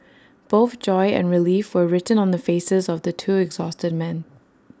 both joy and relief were written on the faces of the two exhausted men